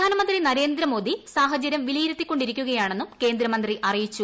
പ്രധാനമന്ത്രി നരേന്ദ്രമോദി സാഹചര്യം വിലയിർുത്തിക്കൊണ്ടിരിക്കുകയാണെ ന്നും കേന്ദ്രമന്ത്രി അറിയിച്ചു